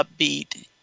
upbeat